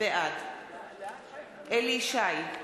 בעד אליהו ישי,